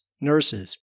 nurses